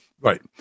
Right